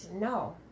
no